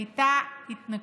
הייתה התנגשות.